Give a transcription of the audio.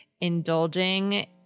indulging